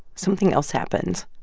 something else happens.